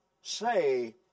say